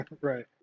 Right